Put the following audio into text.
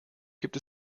gibt